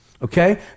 Okay